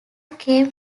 came